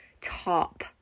top